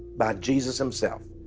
by jesus himself.